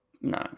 No